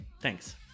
Thanks